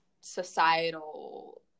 societal